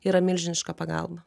yra milžiniška pagalba